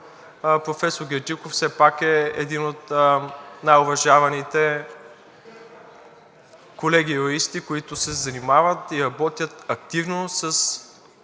все пак е един от най уважаваните колеги юристи, които се занимават и работят активно с